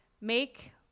make